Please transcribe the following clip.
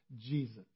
Jesus